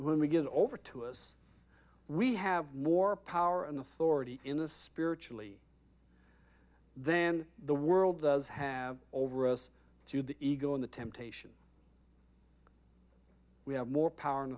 when we get over to us we have more power and authority in a spiritually then the world does have over us to the ego in the temptation we have more power and